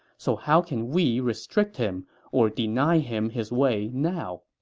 so how can we restrict him or deny him his way now?